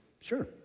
Sure